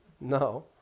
No